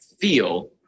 feel